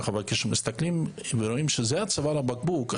אבל כשמסתכלים ורואים שזה צוואר הבקבוק,